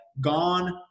gone